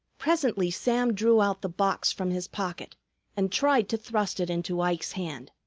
presently sam drew out the box from his pocket and tried to thrust it into ike's hand.